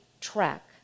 track